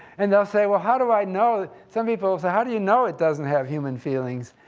and they'll say, well how do i know? some people will say, how do you know it doesn't have human feelings?